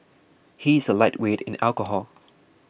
he is a lightweight in alcohol